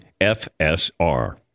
FSR